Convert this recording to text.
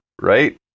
right